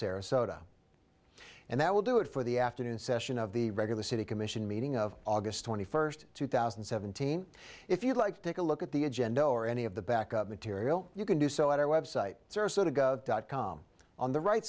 sarasota and that will do it for the afternoon session of the regular city commission meeting of aug twenty first two thousand and seventeen if you'd like to take a look at the agenda or any of the back up material you can do so at our website sarasota dot com on the right